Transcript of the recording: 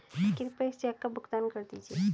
कृपया इस चेक का भुगतान कर दीजिए